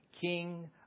king